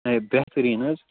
ہے بہتریٖن حظ